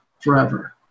forever